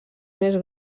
més